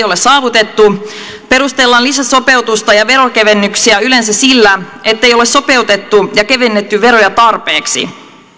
ole saavutettu perustellaan lisäsopeutusta ja veronkevennyksiä yleensä sillä ettei ole sopeutettu ja kevennetty veroja tarpeeksi